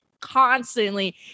constantly